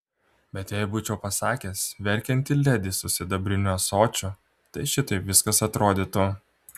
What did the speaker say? bet jei būčiau pasakęs verkianti ledi su sidabriniu ąsočiu tai šitaip viskas atrodytų